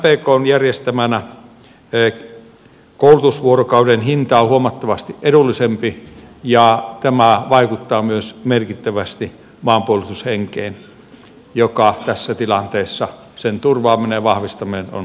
mpkn järjestämänä koulutusvuorokauden hinta on huomattavasti edullisempi ja tämä vaikuttaa myös merkittävästi maanpuolustushenkeen jonka turvaaminen ja vahvistaminen tässä tilanteessa on erityisen tärkeää